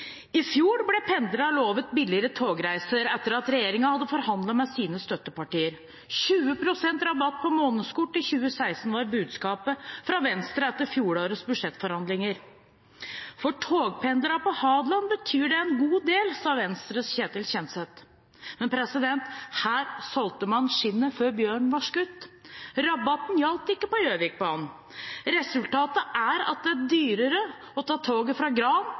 I fjor ble pendlerne lovet billigere togreiser etter at regjeringen hadde forhandlet med sine støttepartier. 20 pst. rabatt på månedskort i 2016, var budskapet fra Venstre etter fjorårets budsjettforhandlinger. For togpendlere på Hadeland betyr det en god del, sa Venstres Ketil Kjenseth. Men her solgte man skinnet før bjørnen var skutt. Rabatten gjaldt ikke på Gjøvikbanen. Resultatet er at det er dyrere å ta toget fra Gran